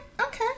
Okay